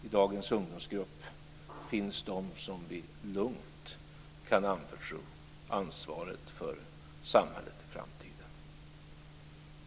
I dagens ungdomsgrupp finns de som vi lugnt kan anförtro ansvaret för samhället i framtiden.